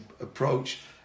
approach